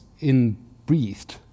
in-breathed